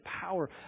power